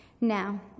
Now